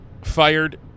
fired